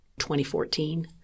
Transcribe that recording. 2014